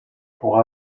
pour